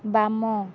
ବାମ